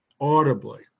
audibly